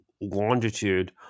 longitude